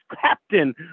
captain